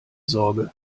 sorge